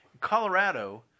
Colorado